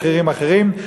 בכירים אחרים.